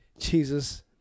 Jesus